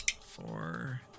Four